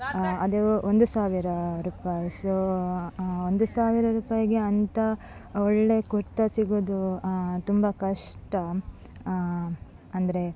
ಅದು ಒಂದು ಸಾವಿರ ರೂಪಾಯಿ ಸೊ ಒಂದು ಸಾವಿರ ರೂಪಾಯಿಗೆ ಅಂಥ ಒಳ್ಳೆಯ ಕುರ್ತಾ ಸಿಗೋದು ತುಂಬ ಕಷ್ಟ ಅಂದರೆ